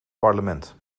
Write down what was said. parlement